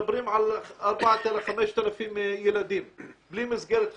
מדברים על 5,000 ילדים בלי מסגרת חינוכית.